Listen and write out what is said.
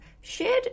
shared